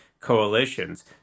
coalitions